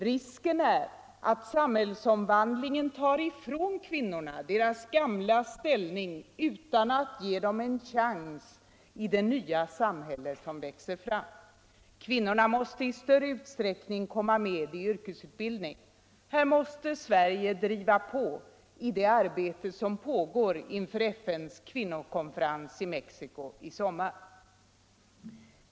Risken är att samhällsomvandlingen tar från kvinnorna deras gamla ställning utan att ge dem en chans i det nya samhälle som växer fram. Kvinnorna måste i större utsträckning komma med i bl.a. yrkesutbildning. Här måste Sverige driva på i det arbete som pågår inför FN:s kvinnokonferens i Mexico i sommar.